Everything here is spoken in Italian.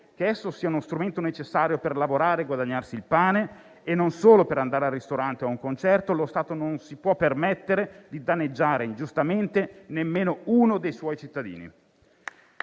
che esso sia uno strumento necessario per lavorare e guadagnarsi il pane e non solo per andare al ristorante o a un concerto, lo Stato non si può permettere di danneggiare ingiustamente nemmeno uno dei suoi cittadini.